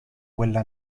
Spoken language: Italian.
quella